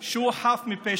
שהוא חף מפשע,